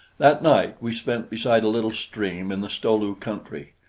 that night we spent beside a little stream in the sto-lu country.